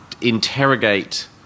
interrogate